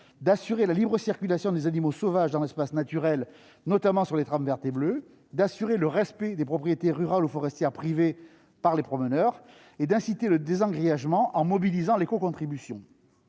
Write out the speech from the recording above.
assurer la libre circulation des animaux sauvages dans l'espace naturel, notamment sur les trames verte et bleue, assurer le respect des propriétés rurales ou forestières privées par les promeneurs et inciter au désengrillagement en mobilisant l'écocontribution.